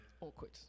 Awkward